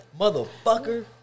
Motherfucker